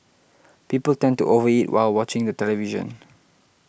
people tend to over eat while watching the television